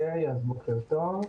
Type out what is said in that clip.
בוקר טוב.